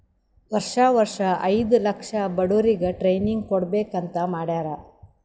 ವರ್ಷಾ ವರ್ಷಾ ಐಯ್ದ ಲಕ್ಷ ಬಡುರಿಗ್ ಟ್ರೈನಿಂಗ್ ಕೊಡ್ಬೇಕ್ ಅಂತ್ ಮಾಡ್ಯಾರ್